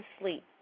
sleep